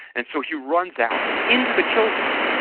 and so he runs out into the kill zone,